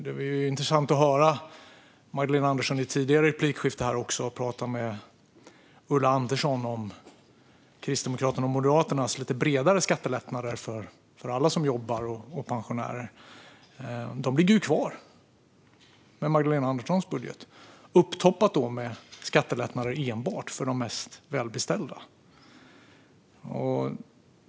Det var intressant att höra Magdalena Andersson i ett tidigare replikskifte tala med Ulla Andersson om Kristdemokraternas och Moderaternas lite bredare skattelättnader för alla som jobbar och för pensionärer. De ligger ju kvar med Magdalena Anderssons budget, toppat med skattelättnader enbart för de mest välbeställda.